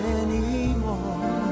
anymore